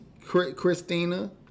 Christina